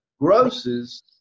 grosses